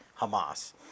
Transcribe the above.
Hamas